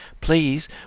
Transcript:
Please